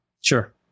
sure